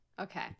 Okay